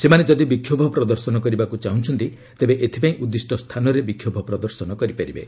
ସେମାନେ ଯଦି ବିକ୍ଷୋଭ ପ୍ରଦର୍ଶନ କରିବାକୁ ଚାହୁଁଛନ୍ତି ତେବେ ଏଥିପାଇଁ ଉଦ୍ଦିଷ୍ଟ ସ୍ଥାନରେ ବିକ୍ଷୋଭ ପ୍ରଦର୍ଶନ କରିପାରିବେ